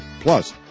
Plus